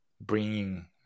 Bringing